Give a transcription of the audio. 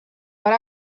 per